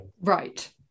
right